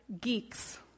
geeks